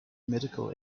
medical